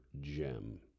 gem